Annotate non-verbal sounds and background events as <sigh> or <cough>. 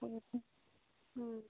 <unintelligible>